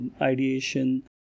ideation